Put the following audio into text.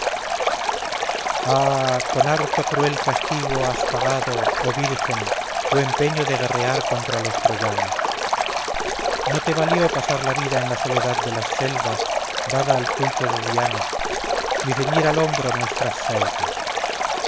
con harto cruel castigo has pagado oh virgen tu empeño de guerrear contra los troyanos no te valió pasar la vida en la soledad de las selvas dada al culto de diana ni ceñir al hombro nuestras saetas